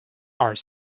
are